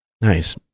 Nice